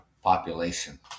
population